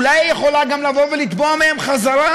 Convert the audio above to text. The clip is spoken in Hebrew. אולי היא יכולה גם לבוא ולתבוע מהם חזרה